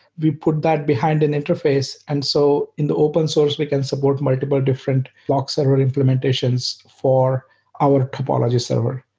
we put that behind an interphase. and so in the open source, we can support multiple different lock server implementations for our topology server.